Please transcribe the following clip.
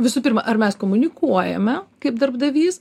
visų pirma ar mes komunikuojame kaip darbdavys